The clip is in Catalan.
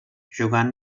jugant